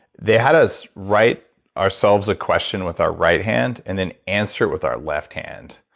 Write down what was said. they had us right ourselves a question with our right hand, and then answer it with our left hand,